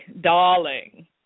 darling